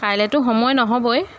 কাইলৈতো সময় নহ'বই